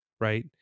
right